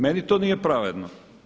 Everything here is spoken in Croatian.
Meni to nije pravedno.